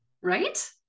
right